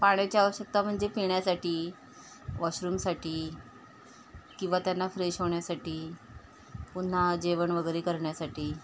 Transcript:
पाण्याची आवश्यकता म्हणजे पिण्यासाठी वॉशरूमसाठी किंवा त्यांना फ्रेश होण्यासाठी पुन्हा जेवण वगैरे करण्यासाठी